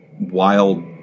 wild